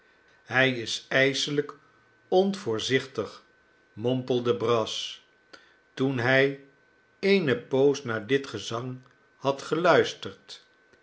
hij is ijselijk onvoorzichtig mompelde brass toen hij eene poos naar dit gezang had geluisterd